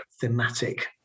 thematic